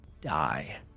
die